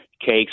cakes